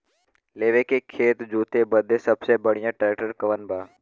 लेव के खेत जोते बदे सबसे बढ़ियां ट्रैक्टर कवन बा?